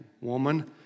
woman